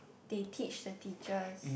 they teach the teachers